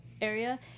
area